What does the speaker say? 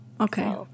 okay